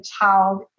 child